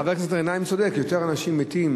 חבר הכנסת גנאים צודק, יותר אנשים מתים